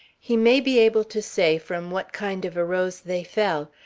he may be able to say from what kind of a rose they fell,